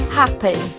happy